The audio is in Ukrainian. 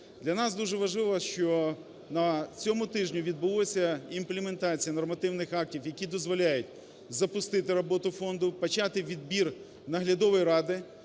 Для нас дуже важливо, що на цьому тижні відбулася імплементація нормативних актів, які дозволяють запустити роботу фонду, почати відбір Наглядової ради.